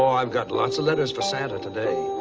um i've got lots of letters for santa today.